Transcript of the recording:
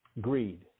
greed